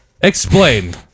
explain